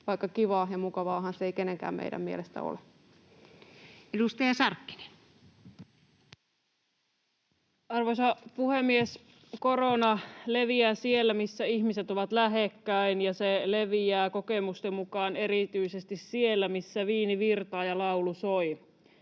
vaikka kivaa ja mukavaahan se ei kenenkään meidän mielestä ole. Edustaja Sarkkinen. Arvoisa puhemies! Korona leviää siellä, missä ihmiset ovat lähekkäin, ja se leviää kokemusten mukaan erityisesti siellä, missä viini virtaa ja laulu soi.